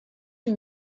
you